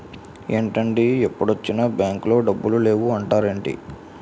ఏంటండీ ఎప్పుడొచ్చినా బాంకులో డబ్బులు లేవు అంటారేంటీ?